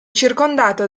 circondata